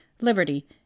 liberty